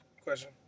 Question